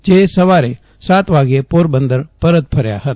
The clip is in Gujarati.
જે સવારે સાત વાગે પોરબંદર પરત ફર્યા હતા